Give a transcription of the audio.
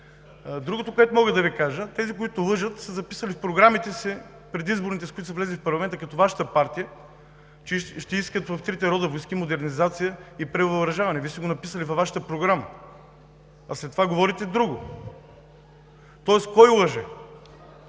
Другото, което мога да Ви кажа. Тези, които лъжат, са записали в предизборните си програмите, с които са влезли в парламента – като Вашата партия, че ще искат в трите рода войски модернизация и превъоръжаване. Вие сте го написали във Вашата програма. А след това говорите друго! Тоест, кой лъже?